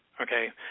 okay